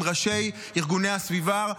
עם ראשי ארגוני הסביבה,